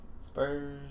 Spurs